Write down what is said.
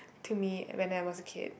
to me when I was a kid